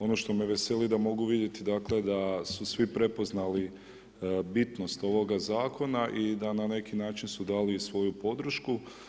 Ono što me veseli da mogu vidjeti, dakle, da su svi prepoznali bitnost ovoga Zakona i da na neki način su dali svoju podršku.